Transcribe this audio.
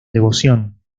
devoción